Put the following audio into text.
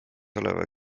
oleva